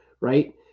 right